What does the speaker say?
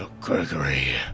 Gregory